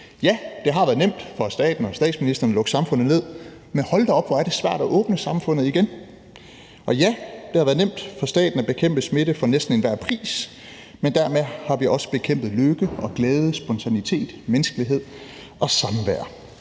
Ja, det har været nemt for staten og statsministeren at lukke samfundet ned, men hold da op, hvor er det svært at åbne samfundet igen. Og ja, det har været nemt for staten at bekæmpe smitte for næsten enhver pris, men dermed har vi også bekæmpet lykke, glæde, spontanitet, menneskelighed og samvær.